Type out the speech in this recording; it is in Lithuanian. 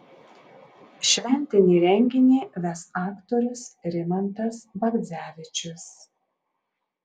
šventinį renginį ves aktorius rimantas bagdzevičius